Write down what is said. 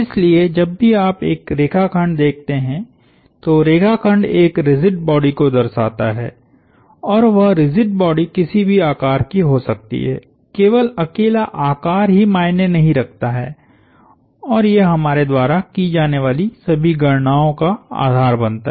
इसलिए जब भी आप एक रेखाखंड देखते हैं तो रेखा खंड एक रिजिड बॉडी को दर्शाता है और वह रिजिड बॉडी किसी भी आकार की हो सकती है केवल अकेला आकार ही मायने नहीं रखता है और यह हमारे द्वारा की जाने वाली सभी गणनाओं का आधार बनता है